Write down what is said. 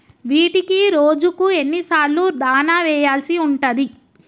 వీటికి రోజుకు ఎన్ని సార్లు దాణా వెయ్యాల్సి ఉంటది?